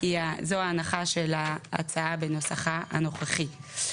כי זו ההנחה של ההצעה בנוסחה הנוכחי.